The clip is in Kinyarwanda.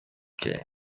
kigali